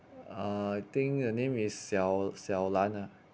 uh I think her name is xiao xiao lan ah